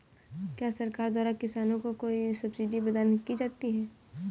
क्या सरकार द्वारा किसानों को कोई सब्सिडी प्रदान की जाती है?